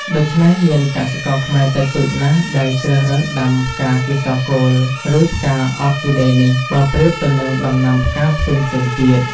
ដូច្នេះមានកសិករខ្មែរតិចតួចណាស់ ដែលជ្រើសរើសដាំផ្កាកេសរកូល ឬ ផ្កាអ័រគីដេនេះ បើប្រៀបទៅនឹងដំណាំផ្កាផ្សេងៗទៀត។